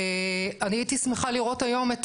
אני הייתי שמחה לראות היום את